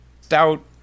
stout